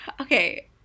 Okay